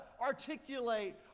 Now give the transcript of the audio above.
articulate